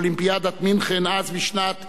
אז בשנת 1972,